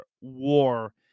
war